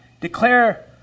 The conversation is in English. Declare